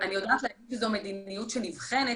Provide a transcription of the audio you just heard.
אני יודעת להגיד שזו מדיניות שנבחנת.